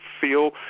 feel